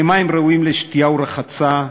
ממים ראויים לשתייה ולרחצה,